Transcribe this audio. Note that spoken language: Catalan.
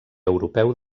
europeu